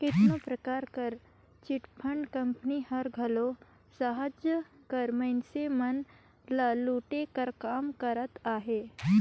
केतनो परकार कर चिटफंड कंपनी हर घलो सहज कर मइनसे मन ल लूटे कर काम करत अहे